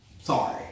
Sorry